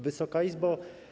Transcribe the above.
Wysoka Izbo!